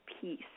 peace